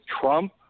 Trump